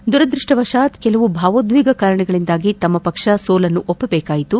ದುರಾದೃಷ್ಠವಶಾತ್ ಕೆಲ ಭಾವೋದ್ವೇಗ ಕಾರಣಗಳಿಂದಾಗಿ ತಮ್ನ ಪಕ್ಷ ಸೋಲನ್ನು ಒಪ್ಪಬೇಕಾಯಿತು